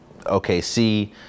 OKC